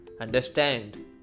Understand